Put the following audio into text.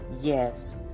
yes